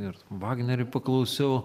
ir vagnerį paklausiau